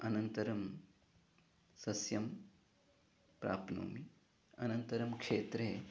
अनन्तरं सस्यं प्राप्नोमि अनन्तरं क्षेत्रे